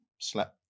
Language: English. slept